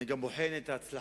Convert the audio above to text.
אני גם בוחן את ההצלחות